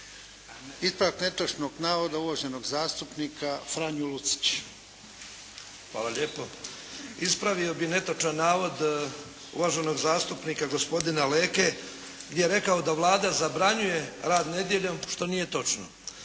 Ispravak netočnog navoda uvaženi zastupnik Franjo Lucić. **Lucić, Franjo (HDZ)** Hvala lijepo. Ispravio bih netočan navod uvaženog zastupnika gospodina Leke gdje je rekao da Vlada zabranjuje rad nedjeljom što nije točno.